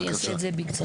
אעשה את זה בקצרה, אדוני.